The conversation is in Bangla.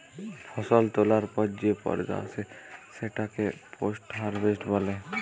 ফসল তোলার পর যে পর্যা আসে সেটাকে পোস্ট হারভেস্ট বলে